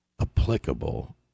applicable